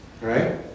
right